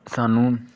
ਸਾਨੂੰ